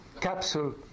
capsule